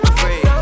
free